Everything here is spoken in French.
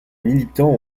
militants